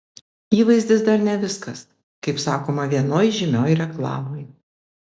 įvaizdis dar ne viskas kaip sakoma vienoj žymioj reklamoj